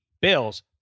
Bills